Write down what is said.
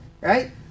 right